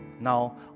now